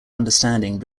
understanding